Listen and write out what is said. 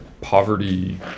poverty